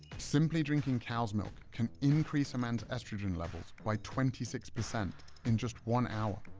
simply drinking cow's milk can increase a man's estrogen levels by twenty six percent in just one hour,